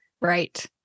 Right